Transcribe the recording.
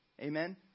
amen